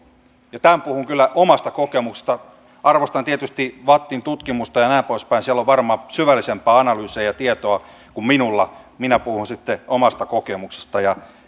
tästä puhun kyllä omasta kokemuksesta arvostan tietysti vattin tutkimusta ja näin poispäin siellä on varmaan syvällisempää analyysiä ja tietoa kuin minulla minä puhun sitten omasta kokemuksesta ja